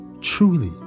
truly